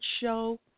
show